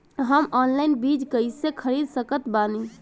हम ऑनलाइन बीज कइसे खरीद सकत बानी?